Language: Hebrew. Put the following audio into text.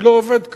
זה לא עובד כך.